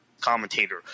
commentator